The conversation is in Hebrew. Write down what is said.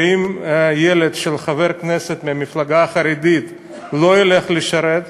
ואם ילד של חבר כנסת ממפלגה חרדית לא ילך לשרת,